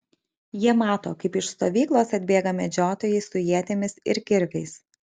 jie mato kaip iš stovyklos atbėga medžiotojai su ietimis ir kirviais